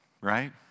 right